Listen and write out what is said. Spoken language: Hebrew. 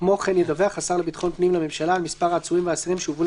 כמו כן ידווח השר לביטחון הפנים לממשלה על מספר העצורים והאסירים שהובאו